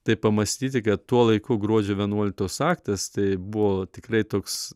taip pamąstyti kad tuo laiku gruodžio vienuoliktos aktas tai buvo tikrai toks